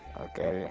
okay